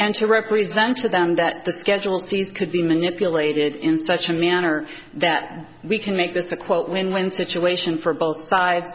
and to represent to them that the schedule cs could be manipulated in such a manner that we can make this a quote win win situation for both sides